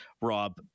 Rob